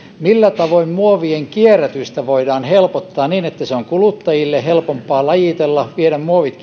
millä tavoin muovien kierrätystä voidaan helpottaa niin että kuluttajille on helpompaa lajitella viedä muovit